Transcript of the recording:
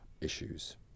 issues